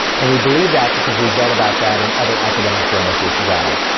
and we believe that because we've read about that in other academic journals, as well.